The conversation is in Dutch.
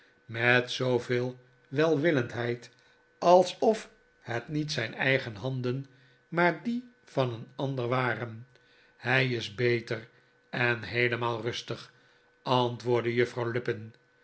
met zooveel welwillendheid alsof het niet zijn eigen handen maar die van een ander waren hij is beter en heelemaal rustig antwoordde juffrouw lupin